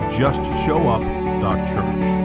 justshowup.church